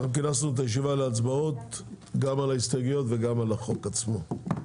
אנחנו כינסנו את הישיבה להצבעות גם על ההסתייגויות וגם על החוק עצמו.